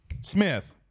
Smith